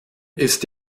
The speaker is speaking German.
ist